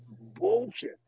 bullshit